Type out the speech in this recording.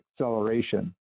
acceleration